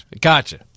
Gotcha